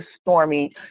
Stormy